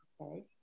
okay